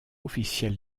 officiel